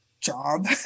job